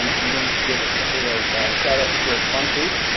um i'm going to give a couple of shout-outs to our sponsors.